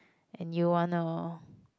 and you wanna